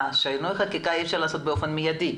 חקיקה ושינוי חקיקה אי אפשר לעשות באופן מיידי.